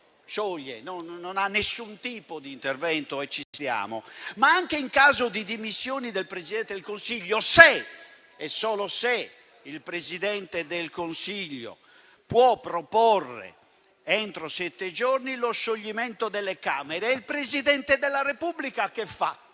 scioglie e non ha nessun tipo di intervento. E ci siamo. Ma anche in caso di dimissioni del Presidente del Consiglio, se e solo se il Presidente del Consiglio può proporre entro sette giorni lo scioglimento delle Camere. E il Presidente della Repubblica che fa?